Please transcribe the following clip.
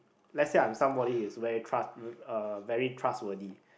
let's say I'm somebody who's very trust~ uh very trustworthy